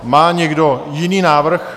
Má někdo jiný návrh?